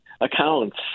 accounts